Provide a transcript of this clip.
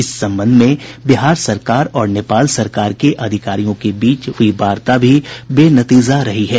इस संबंध में बिहार सरकार और नेपाल सरकार के अधिकारियों के बीच हुई वार्ता भी बेनतीजा रही है